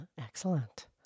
Excellent